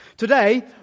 Today